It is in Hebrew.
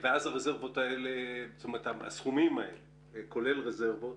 הסכומים כולל רזרבות